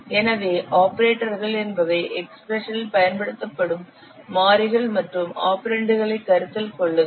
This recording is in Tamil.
எனவே ஆபரேட்டர்கள் என்பவை எக்ஸ்பிரஷனில் பயன்படுத்தப்படும் மாறிகள் மற்றும் ஆபரெண்டுகளை கருத்தில் கொள்ளுங்கள்